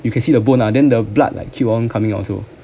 you can see the bone ah then the blood like keep on coming out also